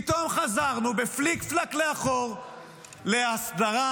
פתאום חזרנו בפליק-פלאק לאחור להסדרה,